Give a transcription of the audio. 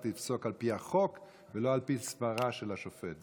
יפסוק על פי החוק ולא על פי סברה של השופט.